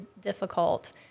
difficult